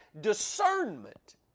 discernment